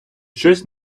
щось